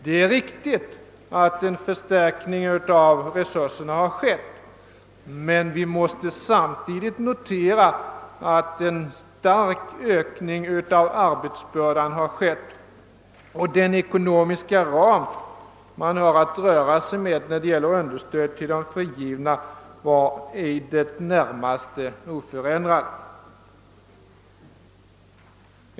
Det är alltså riktigt att en förstärkning av resurserna ägt rum, men vi måste samtidigt notera den starka ökningen av arbetsbördan. Den ekonomiska ramen för understöd till de frigivna är i det närmaste oförändrad.